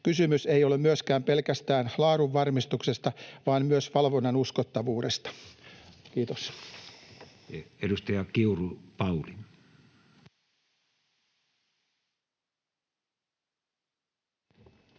Kysymys ei ole myöskään pelkästään laadunvarmistuksesta vaan myös valvonnan uskottavuudesta. — Kiitos. Edustaja Kiuru, Pauli. Arvoisa